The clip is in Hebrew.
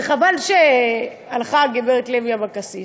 וחבל שהלכה הגברת לוי אבקסיס.